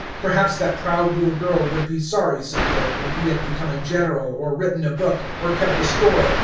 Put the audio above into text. perhaps that proud little girl would be sorry some day, when he had become a general, or written a book, or kept a store,